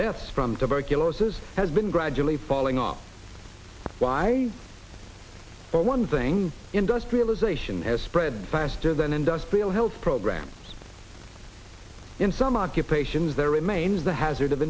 deaths from tuberculosis has been gradually falling off why for one thing industrialisation has spread faster than industrial health programs in some occupations there remains a hazard of